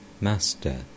Master